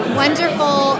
wonderful